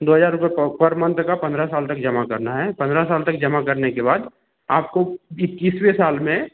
दो हजार रुपये पर मन्थ का पंद्रह साल तक जमा करना है पंद्रह साल तक जमा करने के बाद आपको इक्कीसवे साल में